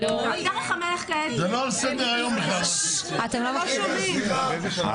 דרך המלך כעת היא להקים את הועדות.